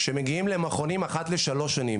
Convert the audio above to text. שמגיעים למכונים אחת לשלוש שנים.